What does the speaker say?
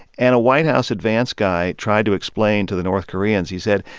and a white house advance guy tried to explain to the north koreans he said,